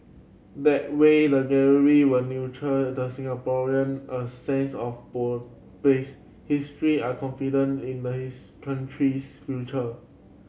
that way the gallery will nurture in the Singaporean a sense of ball place history are confident in the his country's future